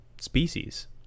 species